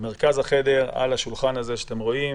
במרכז החדר על השולחן הזה שאתם רואים.